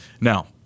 Now